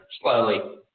slowly